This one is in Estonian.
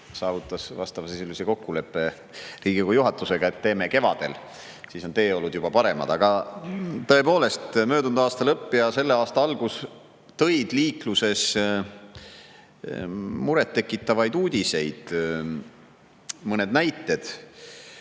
saavutas vastava sisuga kokkuleppe Riigikogu juhatusega, et teeme kevadel, siis on teeolud juba paremad. Aga tõepoolest, möödunud aasta lõpp ja selle aasta algus tõid liiklusest muret tekitavaid uudiseid. Mõned näited.